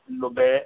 lobe